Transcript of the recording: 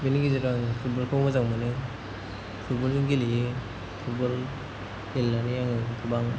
बिनि गेजेराव आं फुटबलखौ मोजां मोनो फुटबलबो गेलेयो फुटबल गेलेनानै आङो गोबां